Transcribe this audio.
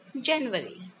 January